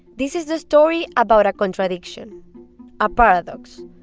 this is the story about a contradiction a paradox.